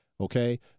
Okay